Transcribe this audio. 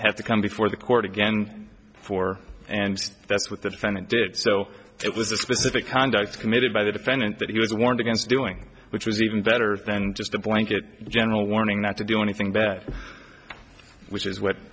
have to come before the court again for and that's what the defendant did so it was the specific conduct committed by the defendant that he was warned against doing which was even better than just a blanket general warning not to do anything bad which is what